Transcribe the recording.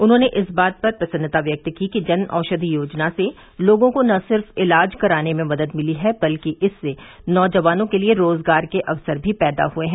उन्होंने इस बात पर प्रसन्नता व्यक्त की कि जन औषधि योजना से लोगों को न सिर्फ इलाज कराने में मदद मिली है बल्कि इससे नौजवानों के लिए रोजगार के अवसर भी पैदा हुए हैं